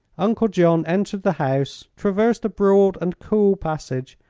uncle john entered the house, traversed a broad and cool passage,